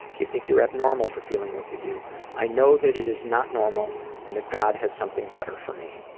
do you think you're abnormal for feeling what you do i know that it is not normal and that god has something better for me.